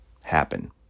happen